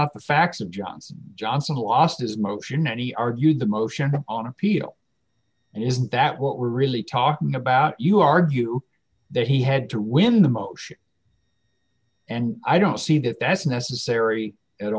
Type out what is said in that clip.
not the facts of johnson johnson who lost his motion any argued the motion on appeal and isn't that what we're really talking about you argue that he had to win the motion and i don't see that that's necessary at